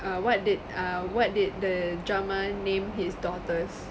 um what did err what did the drummer name his daughters